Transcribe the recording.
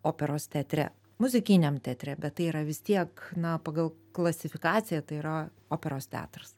operos teatre muzikiniam teatre bet tai yra vis tiek na pagal klasifikaciją tai yra operos teatras